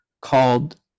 called